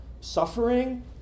suffering